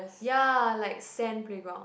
ya like sand playground